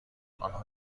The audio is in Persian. آنها